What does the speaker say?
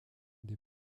des